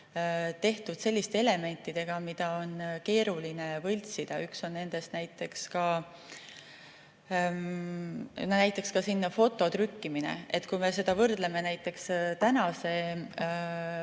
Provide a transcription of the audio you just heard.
tehtud selliste elementidega, mida on keeruline võltsida. Üks on nendest näiteks ka sinna foto trükkimine. Kui me võrdleme praeguse